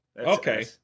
Okay